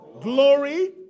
glory